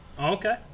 okay